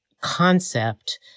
concept